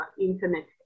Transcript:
Internet